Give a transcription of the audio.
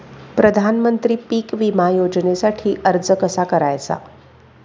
प्रधानमंत्री पीक विमा योजनेसाठी अर्ज कसा करायचा?